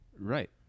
Right